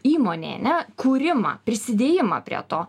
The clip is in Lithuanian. įmonėj ane kūrimą prisidėjimą prie to